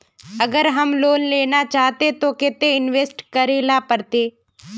अगर हम लोन लेना चाहते तो केते इंवेस्ट करेला पड़ते?